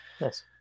Yes